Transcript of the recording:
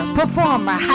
performer